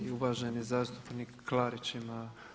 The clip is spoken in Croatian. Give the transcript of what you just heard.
I uvaženi zastupnik Klarić ima.